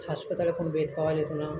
হাসপাতালে কোনো বেড পাওয়া যেত না